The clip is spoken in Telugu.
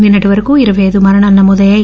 నిన్నటి వరకు ఇరవై అయిదు మరణాలు నమోదయ్యాయి